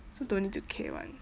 so don't need to care [one]